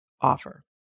offer